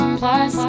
plus